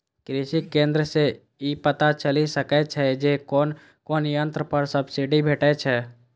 कृषि केंद्र सं ई पता चलि सकै छै जे कोन कोन यंत्र पर सब्सिडी भेटै छै